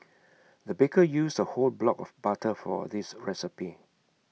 the baker used A whole block of butter for this recipe